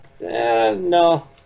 no